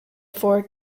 four